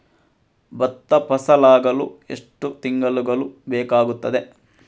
ಭತ್ತ ಫಸಲಾಗಳು ಎಷ್ಟು ತಿಂಗಳುಗಳು ಬೇಕಾಗುತ್ತದೆ?